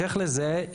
בהמשך לזה,